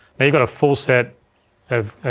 now you've got a full set of